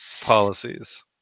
policies